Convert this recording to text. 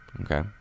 Okay